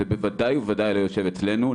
זה בוודאי ובוודאי לא יושב אצלנו.